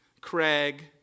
Craig